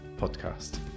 podcast